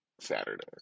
Saturday